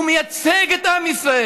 הוא מייצג את עם ישראל.